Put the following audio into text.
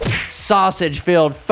sausage-filled